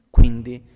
Quindi